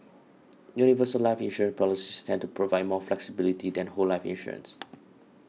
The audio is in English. universal life insurance policies tend to provide more flexibility than whole life insurance